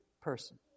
person